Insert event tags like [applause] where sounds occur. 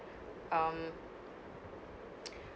um [noise]